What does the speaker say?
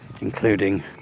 including